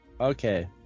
Okay